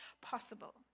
possible